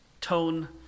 tone